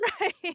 right